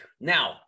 Now